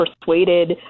persuaded